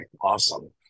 awesome